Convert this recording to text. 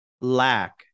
lack